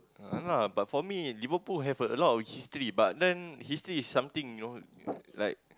uh yeah lah but for me Liverpool has a lot of history but then history is something you know like